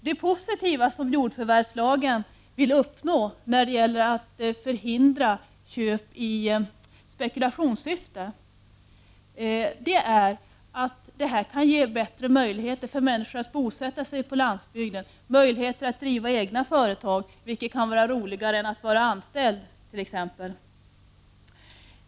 Det positiva som jordförvärvslagen vill uppnå när det gäller att förhindra köp i spekulationssyfte är att ge större möjligheter för människor att bosätta sig på landsbygden och att driva egna företag, vilket kanske kan vara roligare än att vara anställd.